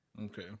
Okay